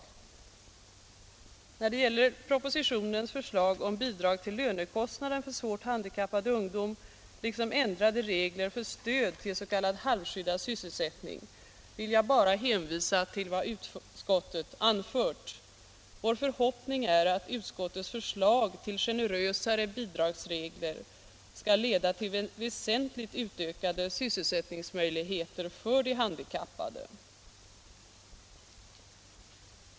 51 När det gäller propositionens förslag om bidrag till lönekostnaden för svårt handikappad ungdom liksom ändrade regler för stöd till s.k. halvskyddad sysselsättning vill jag bara hänvisa till vad utskottet anfört. Vår förhoppning är att utskottets förslag till generösare bidragsregler skall leda till väsentligt utökade sysselsättningsmöjligheter för de handikappade.